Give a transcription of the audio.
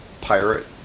pirate